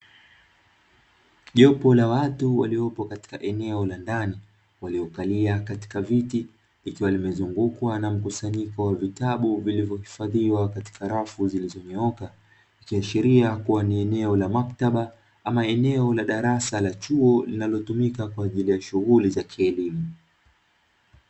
Jopo la watu waliopo katika eneo la ndani waliokalia katika viti, ikiwa limezungukwa na mkusanyiko wa vitabu vilivyohifadhiwa katika rafu, zilizonyooka ikiashiria kuwa ni eneo la maktaba ama eneo la darasa la chuo linalotumika kwa ajili ya shughuli za kielimu.